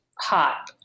Hot